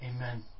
Amen